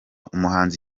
umuhanzi